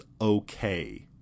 okay